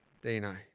Dino